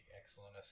excellent